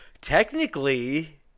Technically